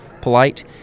polite